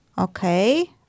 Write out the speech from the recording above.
Okay